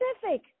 pacific